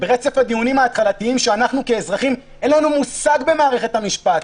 ברצף ההתחלתי של הדיונים שלנו כאזרחים אין מושג במערכת המשפט,